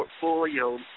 Portfolio